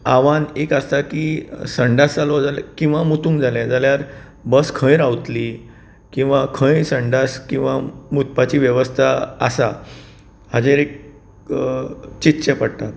आव्हान एक आसता की संडास जालो किंवा मुतूंक जाले जाल्यार बस खंय रावतली किंवा खंय संडास किंवा मुतपाची वेवस्था आसा हाजेर चितचे पडटा